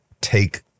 take